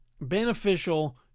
beneficial